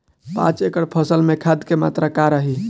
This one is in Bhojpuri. पाँच एकड़ फसल में खाद के मात्रा का रही?